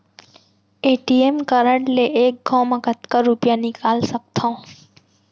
ATM card ले एक घव म कतका रुपिया निकाल सकथव?